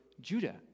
Judah